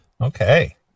okay